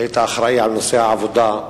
כשהיית אחראי לנושא העבודה,